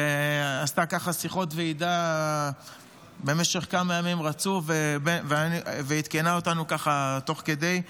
ועשתה שיחות ועידה במשך כמה ימים רצוף ועדכנה אותנו תוך כדי.